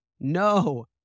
No